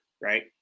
right